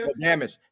damage